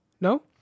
No